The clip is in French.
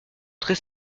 très